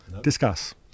Discuss